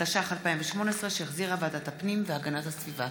התשע"ח 2018, שהחזירה ועדת הפנים והגנת הסביבה.